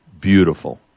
beautiful